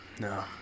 No